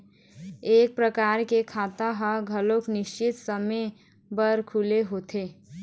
ए परकार के खाता ह घलोक निस्चित समे बर खुले होथे